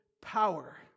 power